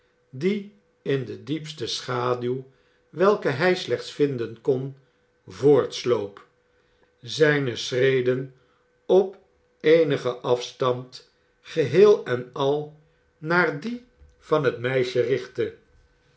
die in de diepste schaduw welke hij slechts vinden kon voortsloop zijne schreden op eenigen afstand geheel en al naar die van het meisje richtte